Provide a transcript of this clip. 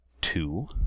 Two